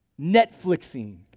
Netflixing